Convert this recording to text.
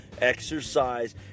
Exercise